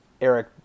Eric